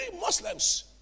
Muslims